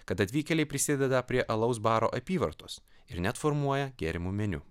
kad atvykėliai prisideda prie alaus baro apyvartos ir net formuoja gėrimų meniu